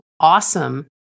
awesome